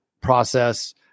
process